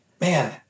Man